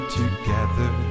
together